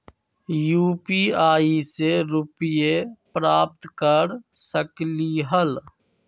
UPI से रुपए प्राप्त कर सकलीहल?